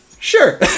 Sure